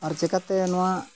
ᱟᱨ ᱪᱤᱠᱟᱹᱛᱮ ᱱᱚᱣᱟ